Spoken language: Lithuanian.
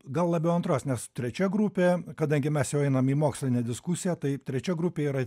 gal labiau antros nes trečia grupė kadangi mes jau einam į mokslinę diskusiją tai trečia grupė yra